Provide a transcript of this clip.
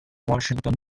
washington